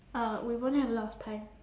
uh we won't have a lot of time